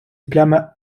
плями